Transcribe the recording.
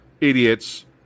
idiots